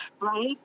right